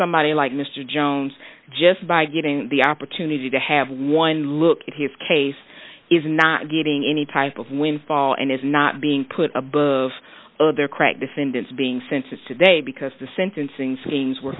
somebody like mr jones just by getting the opportunity to have one look at his case is not getting any type of windfall and is not being put above their crack defendants being sentenced today because the sentencing schemes were